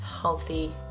healthy